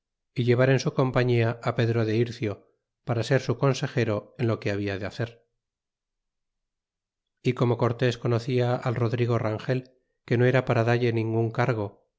y llevar en su compañia fi pedro de ircio para ser su consejero en lo que habla de hacer y como cortés conocia al rodrigo rangel que no era para dalle ningun cargo